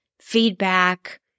feedback